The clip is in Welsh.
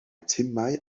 timau